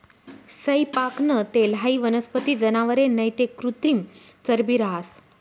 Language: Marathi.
सैयपाकनं तेल हाई वनस्पती, जनावरे नैते कृत्रिम चरबी रहास